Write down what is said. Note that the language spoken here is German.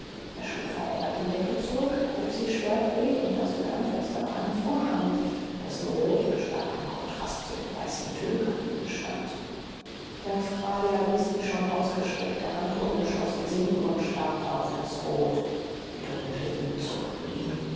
er schlug verärgert die decke zurück erhob sich schwerfällig und tastete am fenster nach einem vorhang dessen rot in starkem kontrast zu den weißen tüllgardinen stand der australier ließ die schon ausgestreckte hand unentschlossen sinken und starrte auf das rot die dünnen lippen zuckten ihm